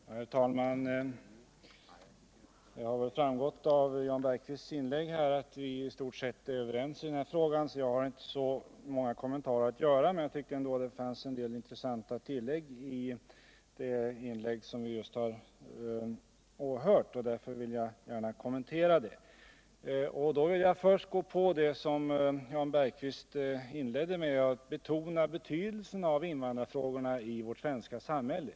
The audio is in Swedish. Herr talman! Det har framgått av Jan Bergqvists inlägg att vi är i stort sett överens i den här frågan. Jag har därför inte många kommentarer att göra, men eftersom jag tycker att det fanns en del intressanta tillägg i det anförande som vi just har åhört vill jag gärna kommentera dem. Först vill jag något kommentera det som Jan Bergqvist inledde antörandet med, nämligen att betona betydelsen av att invandrarfrågorna ses över i vårt svenska samhälle.